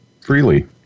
freely